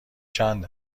چند